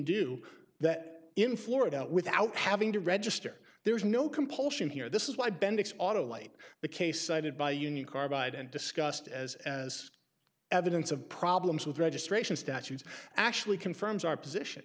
do that in florida without having to register there is no compulsion here this is why bendix auto like the case cited by union carbide and discussed as as evidence of problems with registration statutes actually confirms our position